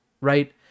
right